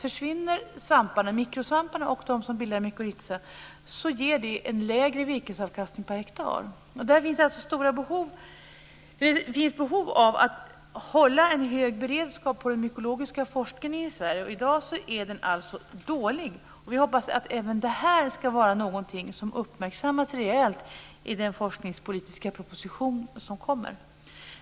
Försvinner mikrosvamparna och de svampar som bildar mykorrhiza, ger det en lägre virkesavkastning per hektar. Det finns alltså ett behov av att hålla en hög beredskap i den mykologiska forskningen i Sverige. I dag är den alltså dålig. Vi hoppas att även det här ska vara något som uppmärksammas rejält i den forskningspolitiska proposition som kommer.